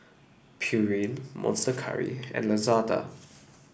Pureen Monster Curry and Lazada